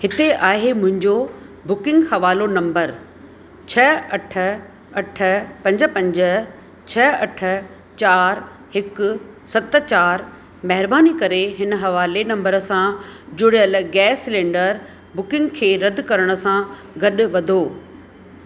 हिते आहे मुंहिंजो बुकिंग हवालो नंबर छह अठ अठ पंज पंज छह अठ चारि हिकु सत चारि महिरबानी करे हिन हवाले नंबर सां जुड़ियल गैस सिलैंडर बुकिंग खे रदि करण सां गॾु वधो